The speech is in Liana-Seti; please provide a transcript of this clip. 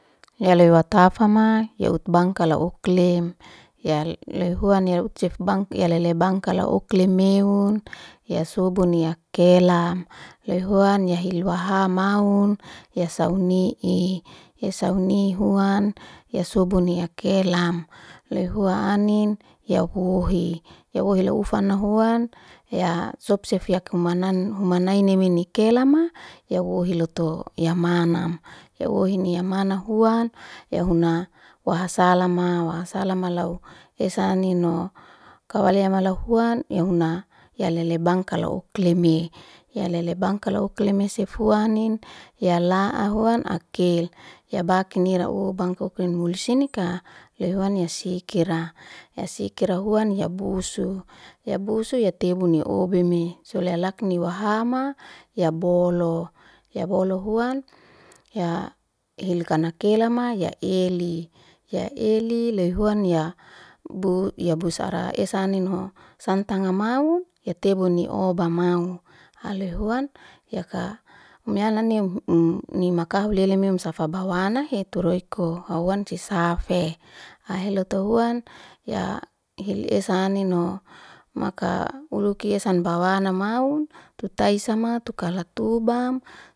Leu watafama ya ut bangkala uklem ya leu huan ya utsef bangk ya lele bangkala ukle meun, ya subun ya kelam, loy huan ya hil waha maun ya sauni'i esa huni huan ya subun ya kelam. Loy huan anin ya wohi, ya wohi lahufana huan ya sofsef yak human humanaini nime nikelama ya wohi lotu ya manam, ya wohini yamana huan ya huanwaha salama, waha sala malau esa anino, kaule mala huan y huna ya lele bangkala ukleme, ya hulele bangkala ukleme sefua anin ya la'a huan akel, ya baknira ubang kukle munisinika ye huan le sikira. ya sikira huan ya busu, ya busu ya tebuni obime solea yakni wahama ya bolu, ya bolu huan ya hil kana kelama ya ely, ya ely leu huan ya bu- bus ara esa enanho santanga maun etebu ni oba maun loy huan yaka um yanani um ni maka hulele meun safa baha bawana hetu roiko, ai wan ci safe ai lotu huan ya hil esa anino maka uluki san bawana maun tu taisama tu kala tubam.